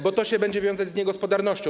Bo to się będzie wiązać z niegospodarnością.